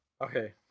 Okay